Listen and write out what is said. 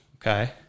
okay